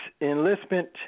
enlistment